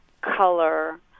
color